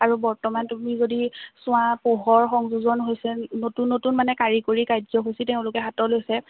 আৰু বৰ্তমান তুমি যদি চোৱা পোহৰ সংযোজন হৈছে নতুন নতুন মানে কাৰিকৰী কাৰ্যসূচী তেওঁলোকে হাতত লৈছে